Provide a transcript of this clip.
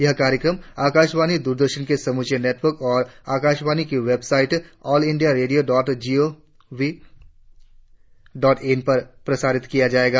यह कार्यक्रम आकाशवाणी द्ररदर्शन के समूचे नेटवर्क और आकाशवाणी की website all India radio dot gov dot in पर प्रसारित किया जाएगा